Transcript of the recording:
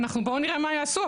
בואו נראה מה יעשו,